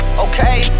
Okay